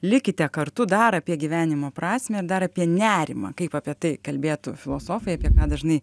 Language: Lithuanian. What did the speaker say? likite kartu dar apie gyvenimo prasmę dar apie nerimą kaip apie tai kalbėtų filosofijai apie ką dažnai